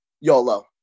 YOLO